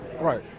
Right